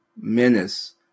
menace